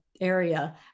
area